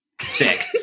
Sick